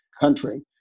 country